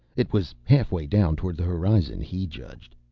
it was halfway down toward the horizon, he judged.